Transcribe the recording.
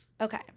okay